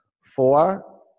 four